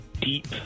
deep